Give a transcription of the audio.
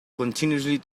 continuously